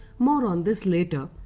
more on this later.